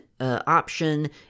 option